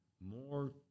more